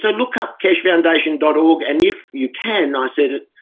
so look up keshefoundation dot org and if you can. i said,